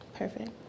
Perfect